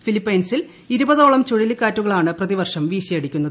ഫിലിപ്പൈൻസിൽ ഇരുപതോളം ചുഴലിക്കാറ്റുകളാണ് പ്രതിവർഷം വീശീയടിക്കുന്നത്